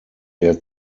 der